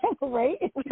Right